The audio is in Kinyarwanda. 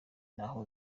naho